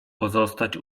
pozostać